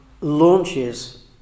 launches